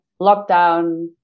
lockdown